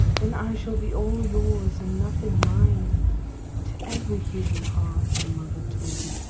then i shall be all yours, and nothing mine to every human heart a mother-twin.